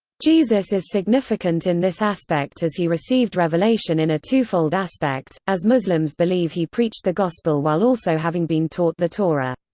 jesus is significant in this aspect as he received revelation in a twofold aspect, as muslims believe he preached the gospel while also having been taught the torah.